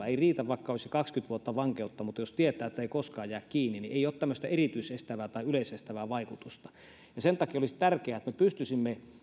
ei riitä vaikka olisi kaksikymmentä vuotta vankeutta koska jos tietää että ei koskaan jää kiinni niin ei ole tämmöistä erityisestävää tai yleisestävää vaikutusta sen takia olisi tärkeää että me pystyisimme